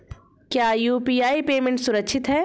क्या UPI payment सुरक्षित है?